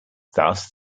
thus